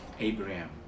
Abraham